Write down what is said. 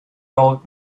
old